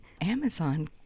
Amazon